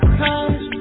comes